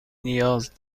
نیاز